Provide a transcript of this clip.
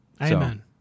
Amen